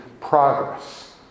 progress